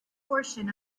portion